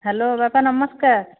hello ବାପା ନମସ୍କାର